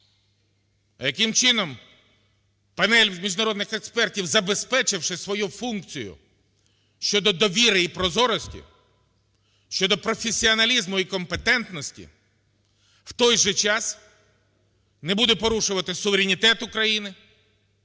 А яким чином панель міжнародних експертів, забезпечивши свою функцію щодо довіри і прозорості, щодо професіоналізму і компетентності, в той же час не буде порушувати суверенітет України